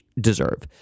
deserve